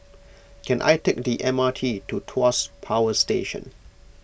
can I take the M R T to Tuas Power Station